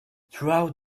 throughout